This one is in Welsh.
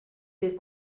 dydd